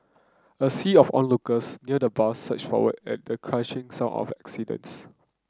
a sea of onlookers near the bus surged forward at the crushing sound of accidents